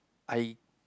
I